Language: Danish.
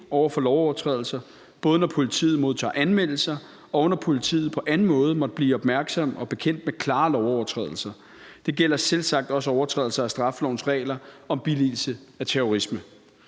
over for lovovertrædelser, både når politiet modtager anmeldelser, og når politiet på anden måde måtte blive opmærksom på og bekendt med klare lovovertrædelser. Det gælder selvsagt også overtrædelser af straffelovens regler om billigelse af terrorisme.